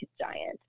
giant